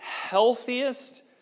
healthiest